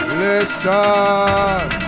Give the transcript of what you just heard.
listen